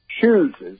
chooses